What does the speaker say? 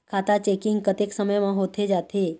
खाता चेकिंग कतेक समय म होथे जाथे?